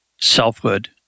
selfhood